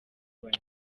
bane